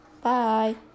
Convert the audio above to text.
Bye